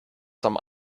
some